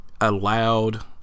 allowed